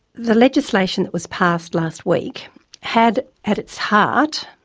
the legislation that was passed last week had, at its heart,